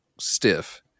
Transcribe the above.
stiff